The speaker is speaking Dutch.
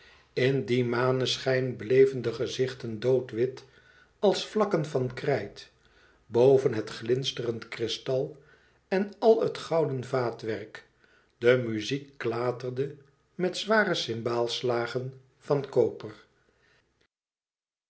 in dien maneschijn bleven de gezichten doodwit als vlakken van krijt boven het glinsterend kristal en al het gouden vaatwerk de muziek klaterde met zware cymbelslagen van koper